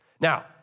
Now